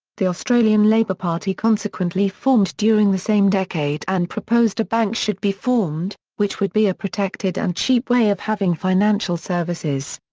the australian labor party consequently formed during the same decade and proposed a bank should be formed, which would be a protected and cheap way of having financial services.